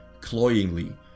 cloyingly